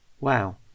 Wow